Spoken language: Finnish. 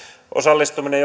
osallistuminen